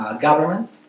government